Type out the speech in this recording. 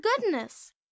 goodness